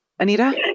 Anita